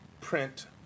print